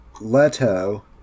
leto